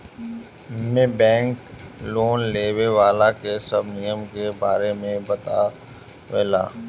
एमे bank loan लेवे वाला के सब नियम के बारे में बतावे ला